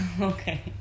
Okay